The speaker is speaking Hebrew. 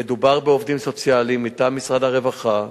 המדובר בעובדים סוציאליים מטעם משרד הרווחה,